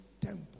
temple